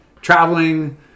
traveling